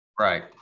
Right